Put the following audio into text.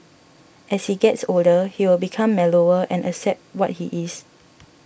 as he gets older he'll become mellower and accept what he is